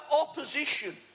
opposition